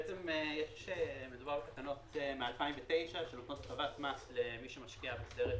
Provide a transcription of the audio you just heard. מדובר בתקנות מ-2009 שנותנות הטבת מס למי שמשקיע בסרט ישראלי.